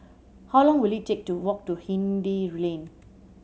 how long will it take to walk to Hindhede Lane